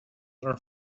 are